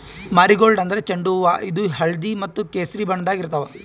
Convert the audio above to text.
marigold ಅಂದ್ರ ಚೆಂಡು ಹೂವಾ ಇದು ಹಳ್ದಿ ಮತ್ತ್ ಕೆಸರಿ ಬಣ್ಣದಾಗ್ ಇರ್ತವ್